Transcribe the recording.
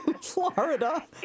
Florida